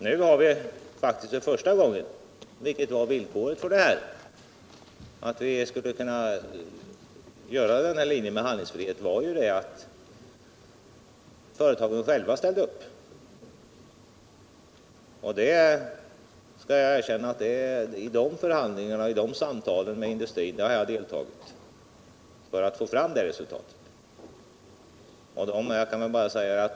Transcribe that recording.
Nu har vi för första gången, vilket var villkoret för att vi skulle gå på linjen med handlingsfrihet, låtit företagen själva ställa upp och svara för utvecklingskostnaderna. Jag skall gärna erkänna att jag har deltagit i samtal och förhandlingar därom med företagen och kommit fram till det.